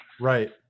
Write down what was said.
Right